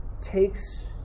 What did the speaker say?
takes